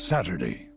Saturday